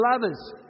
lovers